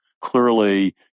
clearly